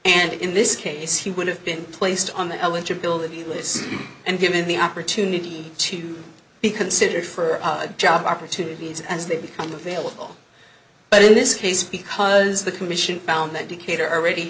and in this case he would have been placed on the eligibility list and given the opportunity to be considered for job opportunities as they become available but in this case because the commission found that decatur already